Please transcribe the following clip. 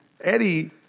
Eddie